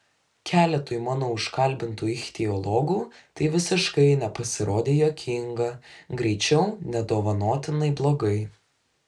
keletui mano užkalbintų ichtiologų tai visiškai nepasirodė juokinga greičiau nedovanotinai blogai